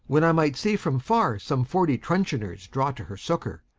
when i might see from farre, some forty truncheoners draw to her succour,